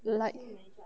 like